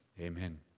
Amen